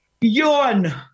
Yawn